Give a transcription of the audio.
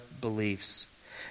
beliefs